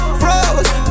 froze